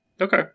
Okay